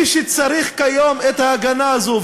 מי שצריך כיום את ההגנה הזו,